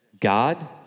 God